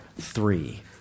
three